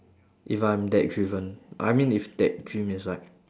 if I'm that driven I mean if that dream is like